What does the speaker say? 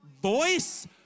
voice